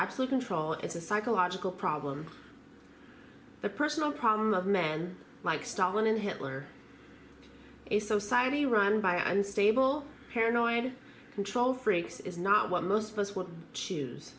absolute control is a psychological problem the personal problem of men like stalin and hitler is so savvy run by an unstable paranoid control freaks is not what most of us would choose